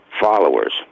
followers